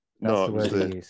No